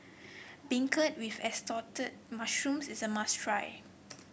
beancurd with Assorted Mushrooms is a must try